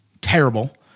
terrible